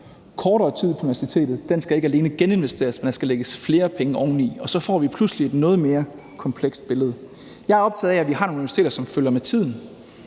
kortere tid på universitetet, ikke alene skal geninvesteres; der skal lægges flere penge oveni, og så får vi pludselig et noget mere komplekst billede. Jeg er optaget af, at vi har nogle universiteter, som følger med tiden,